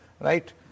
right